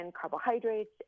carbohydrates